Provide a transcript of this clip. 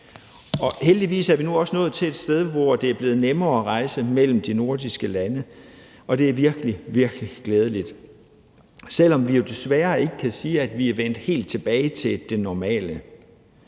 Heldigvis er vi nu også nået til et sted, hvor det er blevet nemmere at rejse mellem de nordiske lande, og det er virkelig, virkelig glædeligt, selv om vi jo desværre ikke kan sige, at vi er vendt helt tilbage til det normale.